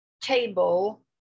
table